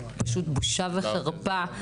פשוט בושה וחרפה.